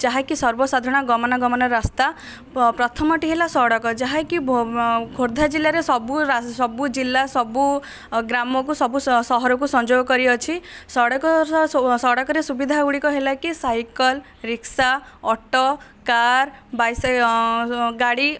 ଯାହାକି ସର୍ବସାଧାରଣ ଗମନାଗମନ ରାସ୍ତା ପ୍ରଥମଟି ହେଲା ସଡ଼କ ଯାହାକି ବ ଖୋର୍ଦ୍ଧା ଜିଲ୍ଲାରେ ସବୁ ସବୁ ଜିଲ୍ଲା ସବୁ ଗ୍ରାମକୁ ସବୁ ସହରକୁ ସଂଯୋଗ କରିଅଛି ସଡ଼କର ସଡ଼କରେ ସୁବିଧା ଗୁଡ଼ିକ ହେଲାକି ସାଇକଲ୍ ରିକ୍ସା ଅଟୋ କାର୍ ବାଇସା ଗାଡ଼ି